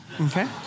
Okay